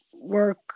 work